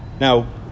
Now